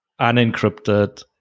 unencrypted